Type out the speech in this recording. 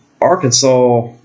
Arkansas